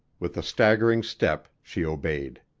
with a staggering step she obeyed.